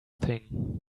thing